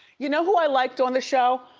you know who i liked on the show,